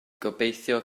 gobeithio